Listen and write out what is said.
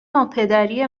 ناپدری